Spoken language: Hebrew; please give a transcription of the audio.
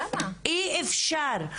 אי אפשר,